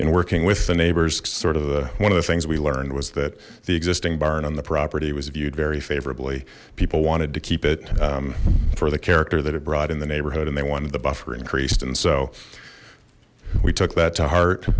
in working with the neighbors sort of the one of the things we learned was that the existing barn on the property was viewed very favorably people wanted to keep it for the character that it brought in the neighborhood and they wanted the buffer increased and so we took that to heart